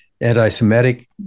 anti-Semitic